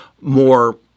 more